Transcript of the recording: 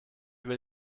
über